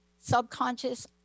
subconscious